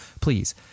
please